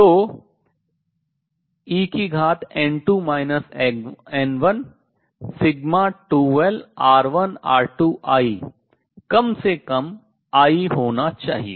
तो en2 n1σ2lR1R2I कम से कम I आई होना चाहिए